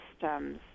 systems